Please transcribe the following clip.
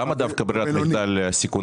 למה דווקא ברירת מחדל בסיכון